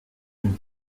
n’est